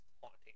haunting